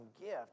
gift